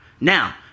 Now